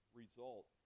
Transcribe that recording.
result